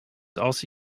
also